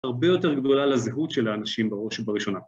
הרבה יותר גדולה לזהות של האנשים בראש ובראשונה.